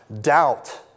Doubt